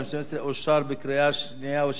אושרה בקריאה שנייה ושלישית,